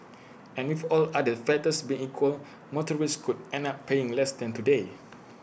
and with all other factors being equal motorists could end up paying less than today